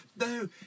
No